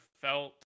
felt